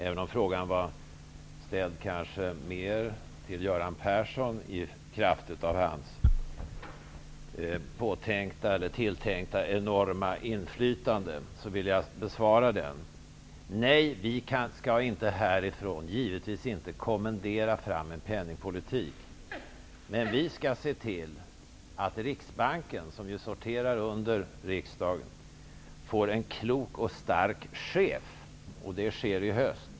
Även om frågan kanske var ställd mer till Göran Persson, i kraft av hans tilltänkta enorma inflytande, vill jag besvara den. Nej, vi skall givetvis inte härifrån kommendera fram en penningpolitik. Men vi skall se till att Riksbanken, som sorterar under riksdagen, får en klok och stark chef. Det sker i höst.